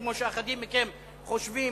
כמו שאחדים מכם חושבים,